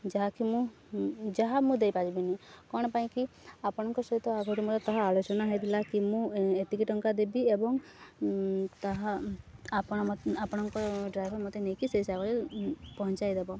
ଯାହାକି ମୁଁ ଯାହା ମୁଁ ଦେଇପାରିବିନି କ'ଣ ପାଇଁକି ଆପଣଙ୍କ ସହିତ ଆହୁରି ମୋର ତାହା ଆଲୋଚନା ହେଇଥିଲା କି ମୁଁ ଏତିକି ଟଙ୍କା ଦେବି ଏବଂ ତାହା ଆପଣ ମତ୍ ଆପଣଙ୍କ ଡ୍ରାଇଭର୍ ମୋତେ ନେଇକି ସେଇ ହିସାବରେ ପହଞ୍ଚାଇ ଦବ